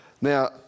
Now